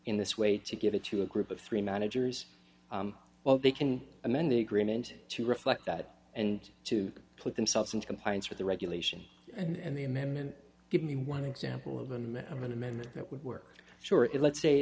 in this way to give it to a group of three managers well they can amend the agreement to reflect that and to put themselves in compliance with the regulation and the amendment give me one example of a minimum amendment that would work sure it let's say